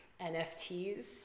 NFTs